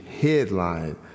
headline